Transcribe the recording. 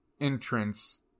entrance